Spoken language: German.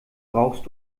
brauchst